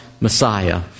Messiah